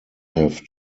have